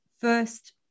first